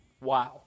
Wow